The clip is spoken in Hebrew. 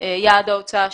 יעד ההוצאה,